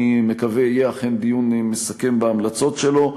מקווה שיהיה אכן דיון מסכם בהמלצות שלו.